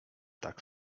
tak